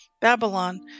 Babylon